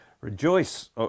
rejoice